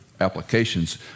applications